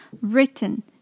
Written